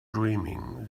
dreaming